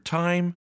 time